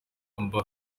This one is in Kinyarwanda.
amb